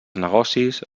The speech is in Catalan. negocis